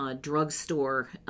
drugstore